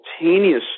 simultaneously